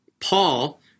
Paul